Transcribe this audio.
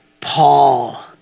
Paul